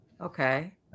Okay